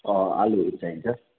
अँ आलुहरू चाहिन्छ